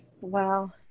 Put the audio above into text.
Wow